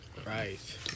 Right